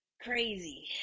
crazy